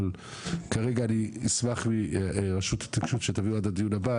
אבל כרגע אני אשמח מרשות התקשוב שתביאו עד לדיון הבא,